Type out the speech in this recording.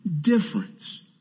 difference